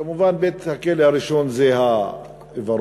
כמובן, בית-הכלא הראשון זה העיוורון,